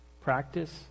Practice